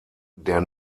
der